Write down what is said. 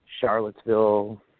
Charlottesville